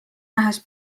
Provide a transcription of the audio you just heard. nähes